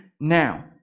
now